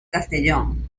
castellón